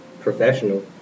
professional